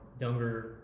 younger